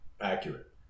accurate